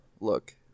look